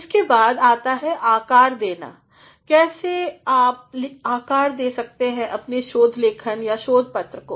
इसके बाद आता है आकारदेना कैसे आप आकर दे सकते हैं अपने शोध लेखन या शोध पत्र को